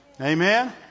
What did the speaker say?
Amen